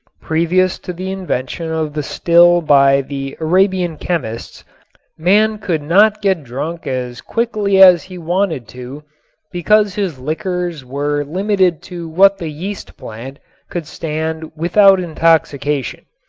previous to the invention of the still by the arabian chemists man could not get drunk as quickly as he wanted to because his liquors were limited to what the yeast plant could stand without intoxication.